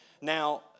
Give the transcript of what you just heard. Now